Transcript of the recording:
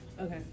Okay